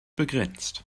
begrenzt